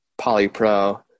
polypro